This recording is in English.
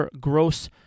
Gross